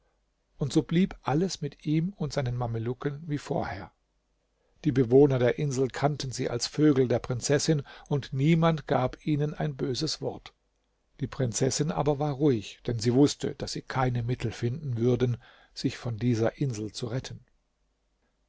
und so blieb alles mit ihm und seinen mamelucken wie vorher die bewohner der insel kannten sie als vögel der prinzessin und niemand gab ihnen ein böses wort die prinzessin aber war ruhig denn sie wußte daß sie keine mittel finden würden sich von dieser insel zu retten